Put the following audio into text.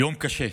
יום קשה,